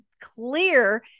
clear